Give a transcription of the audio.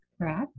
correct